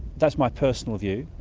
that's my personal view,